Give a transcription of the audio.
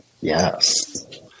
Yes